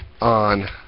on